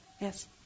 Yes